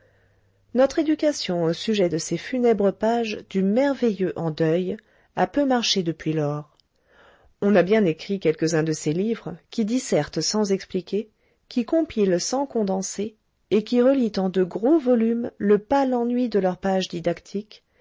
notre éducation au sujet de ces funèbres pages du merveilleux en deuil a peu marché depuis lors on a bien écrit quelques-uns de ces livres qui dissertent sans expliquer qui compilent sans condenser et qui relient en de gros volumes le pâle ennui de leurs pages didactiques